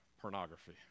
pornography